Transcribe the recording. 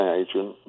agent